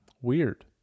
Weird